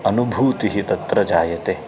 अनुभूतिः तत्र जायते